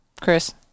Chris